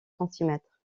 centimètres